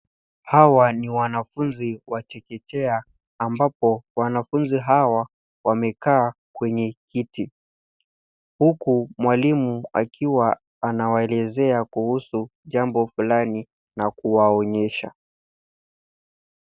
Hawa ni wanafunzi wa chekechea ambapo wanafunzi hawa wamekaa kwenye kiti huku mwalimu akiwa anawaelezea kuhusu jambo fulani na kuwaonyesha.